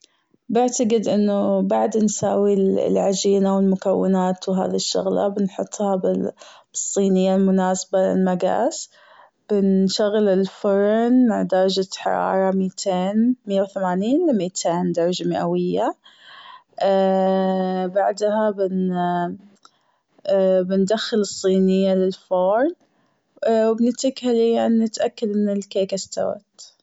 بعتجد أنه بعد نساوي العجينة والمكونات وهذي الشغلات ونحطها بالصينية المناسبة للمقاس بنشغل الفرن على درجة حرارة ماتين مية وثمانين لماتين درجة مئوية بعدها بندخل الصينية للفرن ونتركها لين نتأكد ان الكيكة أستوت.